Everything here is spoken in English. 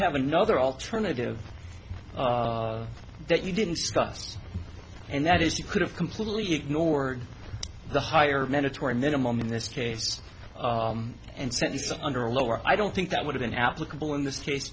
have another alternative that you didn't scots and that is you could have completely ignored the higher mandatory minimum in this case and sent this under a lower i don't think that would have been applicable in this case